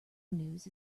news